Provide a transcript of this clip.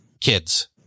kids